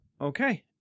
Okay